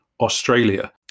Australia